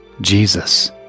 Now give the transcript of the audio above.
Jesus